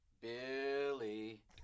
Billy